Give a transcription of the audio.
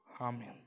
Amen